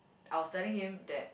I was telling him that